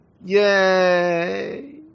Yay